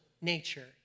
nature